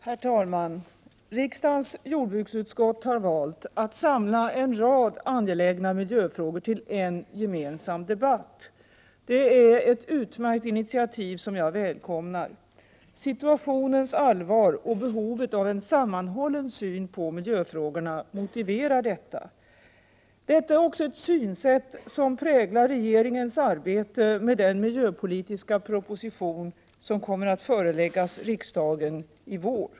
Herr talman! Riksdagens jordbruksutskott har valt att samla en rad angelägna miljöfrågor till en gemensam debatt. Det är ett utmärkt initiativ som jag välkomnar. Situationens allvar och behovet av en sammanhållen syn på miljöfrågorna motiverar detta. Detta är också ett synsätt som präglar regeringens arbete med den miljöpolitiska proposition som kommer att föreläggas riksdagen i vår.